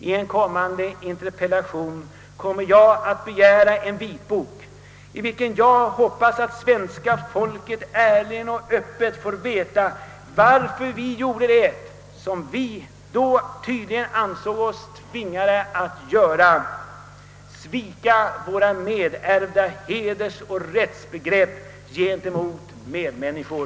I en kommande interpellation kommer jag att begära en vitbok, i vilken jag hoppas att svenska folket ärligt och öppet får veta varför vi gjorde det, som vi då tydligen ansåg oss tvingade att göra, nämligen svika våra nedärvda hedersoch rättsbegrepp gentemot medmänniskor.